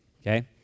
okay